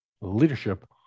leadership